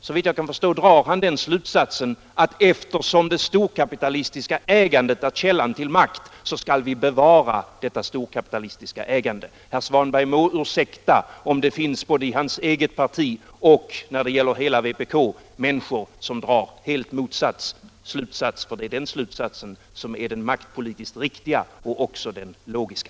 Såvitt jag kan förstå drar han den slutsatsen att eftersom det storkapitalistiska ägandet är källan till makt skall vi bevara detta storkapitalistiska ägande. Herr Svanberg må ursäkta om en del medlemmar i hans eget parti och samtliga medlemmar i vpk drar den helt motsatta slutsatsen. Det är den slutsatsen som är den maktpolitiskt riktiga och också den logiska.